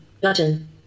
Button